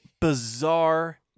bizarre